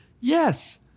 yes